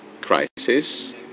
crisis